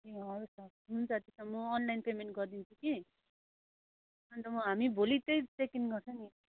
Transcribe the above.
ए हजुर हुन्छ त्यसो भए म अनलाइन पेमेन्ट गरिदिन्छु कि अन्त म हामी भोलि चाहिँ चेक इन गर्छ नि